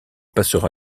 passera